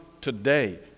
today